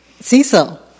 Cecil